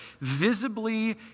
visibly